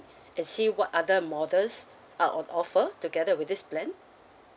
and see what other models are on offer together with this plan